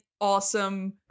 awesome